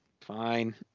fine